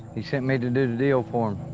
he sent me to do the deal for him.